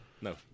No